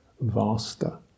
vaster